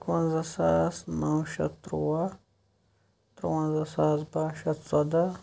اَکوَنزَہ ساس نَو شیٚتھ تٕروَہ تروَنزَہ ساس باہ شیٚتھ ژۄدَہ